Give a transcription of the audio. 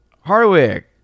Hardwick